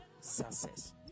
success